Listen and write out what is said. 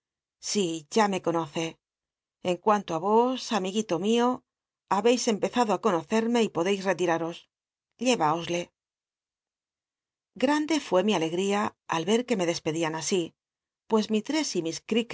si ya me conoce en cuanto i os amiguito mio habcis empezado conocenne y podcis rctit uos lleyáoslc grande rué mi alcgl'ia al e que me despedían así pues misll'css